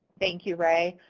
thank you, ray.